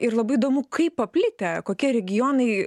ir labai įdomu kaip paplitę kokie regionai